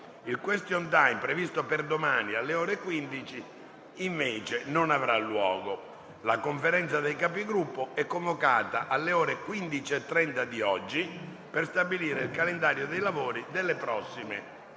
Il *question time*, previsto per domani alle ore 15, invece, non avrà luogo. La Conferenza dei Capigruppo è convocata alle ore 15,30 di oggi per stabilire il calendario dei lavori delle prossime